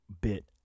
bit